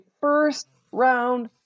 first-round